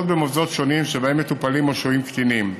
במוסדות שבהם מטופלים או שוהים קטינים,